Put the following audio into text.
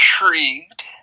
intrigued